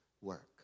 work